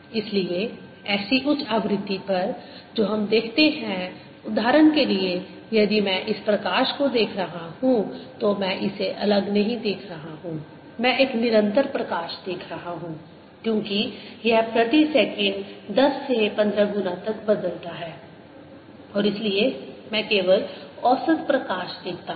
इसलिए ऐसी उच्च आवृत्ति पर जो हम देखते हैं उदाहरण के लिए यदि मैं इस प्रकाश को देख रहा हूं तो मैं इसे अलग नहीं देख रहा हूं मैं एक निरंतर प्रकाश देख रहा हूं क्योंकि यह प्रति सेकंड दस से पंद्रह गुना तक बदलता है और इसलिए मैं केवल औसत प्रकाश देखता हूं